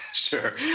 Sure